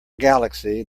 galaxy